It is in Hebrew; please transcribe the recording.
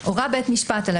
זה מתייחס למה שביקשתם.